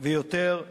ויותר לאומית.